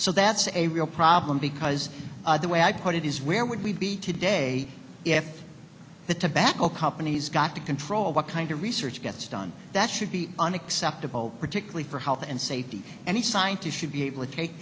so that's a real problem because the way i put it is where would we be today if the tobacco companies got to control what kind of research gets done that should be unacceptable particularly for health and safety and the scientists should be able to take